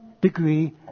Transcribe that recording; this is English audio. degree